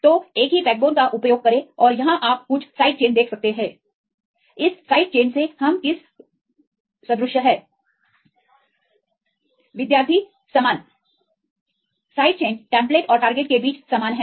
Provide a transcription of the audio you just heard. तो एक ही बैकबोन का उपयोग करें और यहां आप कुछ साइड चेन देख सकते हैं इस साइड चेन से हम किस सदृश हैं विद्यार्थी समान साइड चेन टेम्प्लेट और लक्ष्य के बीच समान हैं